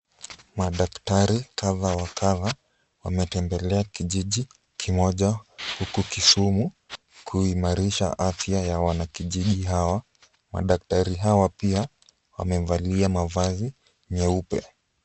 Madaktari kadhaa wa kadhaa wametembelea kijiji kimoja huku Kisumu kuimarisha afya ya wanakijiji hawa. Madaktari hawa pia wamevalia mavazi nyeupe.